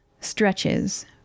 stretches